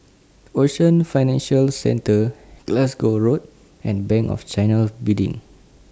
Ocean Financial Centre Glasgow Road and Bank of China Building